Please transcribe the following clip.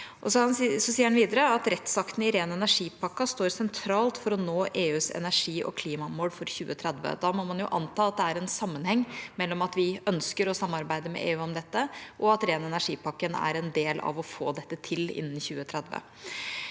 han videre at rettsaktene i ren energi-pakka står sentralt for å nå EUs energi- og klimamål for 2030. Da må man jo anta at det er en sammenheng mellom at vi ønsker å samarbeide med EU om dette, og at ren energi-pakka er en del av å få dette til innen 2030.